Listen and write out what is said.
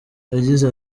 yagize